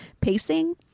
pacing